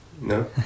No